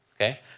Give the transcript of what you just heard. okay